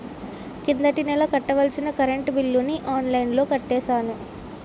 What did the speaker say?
కిందటి నెల కట్టాల్సిన కరెంట్ బిల్లుని ఆన్లైన్లో కట్టేశాను